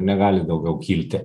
negali daugiau kilti